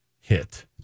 hit